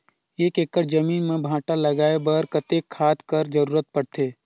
एक एकड़ जमीन म भांटा लगाय बर कतेक खाद कर जरूरत पड़थे?